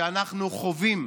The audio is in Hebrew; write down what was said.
שאנחנו חווים